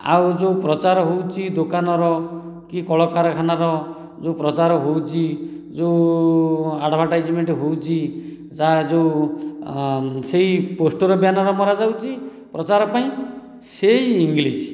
ଆଉ ଯେଉଁ ପ୍ରଚାର ହେଉଛି ଦୋକାନର କି କଳକାରଖାନାର ଯେଉଁ ପ୍ରଚାର ହେଉଛି ଯେଉଁ ଆଡ଼ଭଟାଇଜମେଣ୍ଟ ହେଉଛି ଯାହାର ଯେଉଁ ସେହି ପୋଷ୍ଟର ମରାଯାଉଛି ପ୍ରଚାର ପାଇଁ ସେହି ଇଂଲିଶ